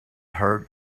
hurt